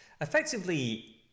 effectively